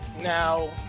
Now